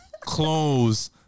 clothes